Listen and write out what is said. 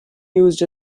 used